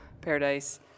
paradise